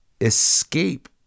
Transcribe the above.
escape